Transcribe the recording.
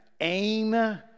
aim